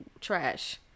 trash